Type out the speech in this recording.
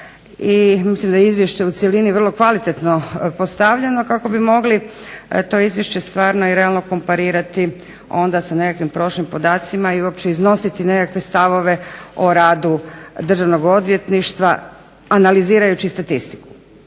mislim da je izvješće u cjelini vrlo kvalitetno postavljeno kako bi mogli to izvješće stvarno i realno komparirati onda sa nekakvim prošlim podacima i uopće iznositi nekakve stavove o radu Državnog odvjetništva analizirajući statistiku.